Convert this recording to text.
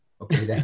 Okay